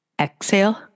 Exhale